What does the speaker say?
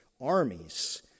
armies